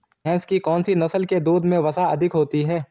भैंस की कौनसी नस्ल के दूध में वसा अधिक होती है?